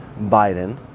Biden